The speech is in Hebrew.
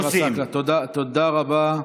חבר הכנסת ג'אבר עסאקלה, תודה רבה.